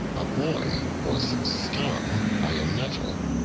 a boy was stung by a nettle.